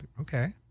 Okay